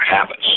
habits